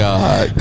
God